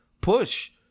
push